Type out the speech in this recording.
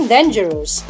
Dangerous